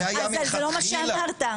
אז זה לא מה שאמרת.